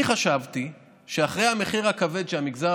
אני חשבתי שאחרי המחיר הכבד שהמגזר